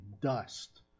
dust